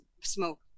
smoke